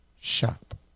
shop